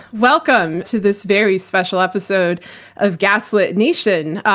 welcome to this very special episode of gaslit nation,